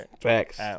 Facts